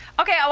Okay